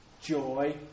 Joy